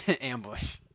Ambush